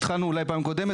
התחלנו אולי פעם קודמת,